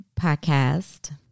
Podcast